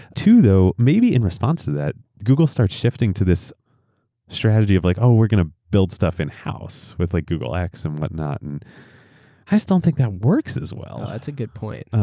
though, maybe in response to that, google starts shifting to this strategy of like, oh, we're going to build stuff in-house with like google x and whatnot. and i just don't think that works as well. that's a good point.